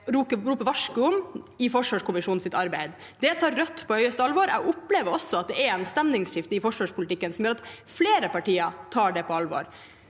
roper varsku om i Forsvarskommisjonens arbeid. Det tar Rødt på det høyeste alvor. Jeg opplever også at det er et stemningsskifte i forsvarspolitikken som gjør at flere partier tar det på alvor.